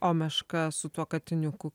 o meška su tuo katiniuku